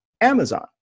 Amazon